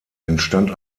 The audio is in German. entstand